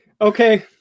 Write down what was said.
Okay